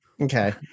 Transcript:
okay